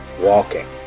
walking